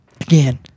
Again